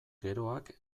geroak